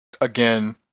again